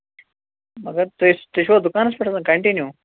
مگر تُہۍ تُہۍ چھُوا دُکانَس پٮ۪ٹھ یِوان کَنٹِنیٛوٗ